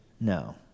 No